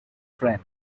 friend